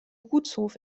gutshof